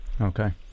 Okay